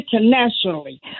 internationally